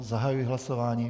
Zahajuji hlasování.